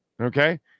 Okay